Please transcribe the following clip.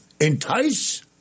entice—